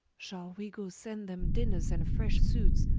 shall we goe send them dinners, and fresh sutes,